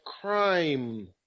crime